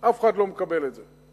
אף אחד לא מקבל את זה.